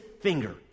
finger